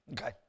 Okay